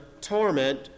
torment